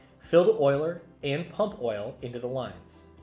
fill the oiler, and pump oil into the lines.